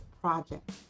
project